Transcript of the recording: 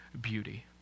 beauty